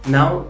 Now